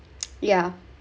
yeah